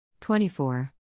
24